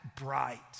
bright